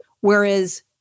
whereas